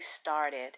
started